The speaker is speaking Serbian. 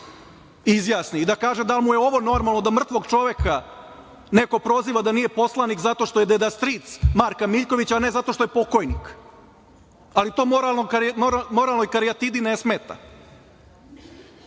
i da kaže da mu je ovo normalno da mrtvog čoveka neko proziva da nije poslanik zato što je deda-stric Marka Miljkovića, a ne zato što je pokojnik. Ali to moralnoj karijatidi ne smeta. Dakle,